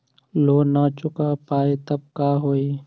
Loan न चुका पाई तब का होई?